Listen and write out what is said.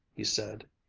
he said,